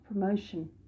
promotion